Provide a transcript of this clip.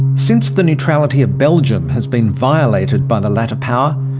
since the neutrality of belgium has been violated by the latter power,